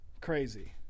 Crazy